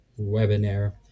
webinar